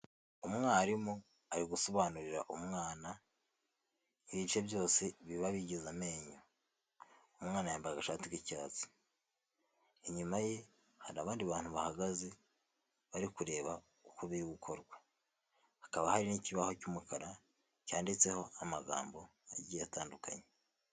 Umwarimu ari gusobanurira umwana ibice byose biba bigize amenyo umwana ya icyatsi inyuma ye hari abandi bantu bahagaze bari kureba uko biri gukorwa, hakaba hari n'ikibaho cy'umukara cyanditseho amagambo agiye atandukanye.